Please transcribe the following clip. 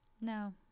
No